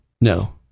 no